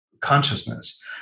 consciousness